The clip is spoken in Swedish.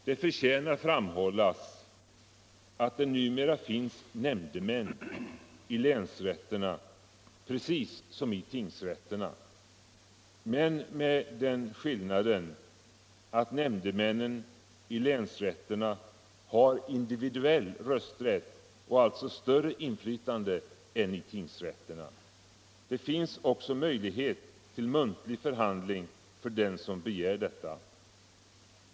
Det förtjänar framhållas att det numera finns nämndemän i länsrätterna precis som i tingsrätterna — men med den skillnaden att nämndemännen i länsrätterna har individuell rösträtt och alltså större inflytande än i tingsrätterna. Det finns också möjlighet till muntlig förhandling för den som begär det.